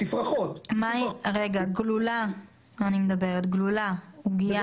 מה עם גלולה, עוגייה?